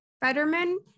Fetterman